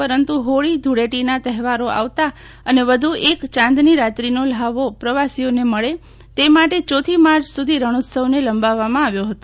પરંતુ હોળી ધુળેટીના તહેવારો આવતા અને વધુ એક ચાંદની રાત્રીનો લ્હાવો પ્રવાસીઓને મળે તે માટે ચોથી માર્ચ સુધી રણોત્સવને લંબાવવામાં આવ્યોહ તો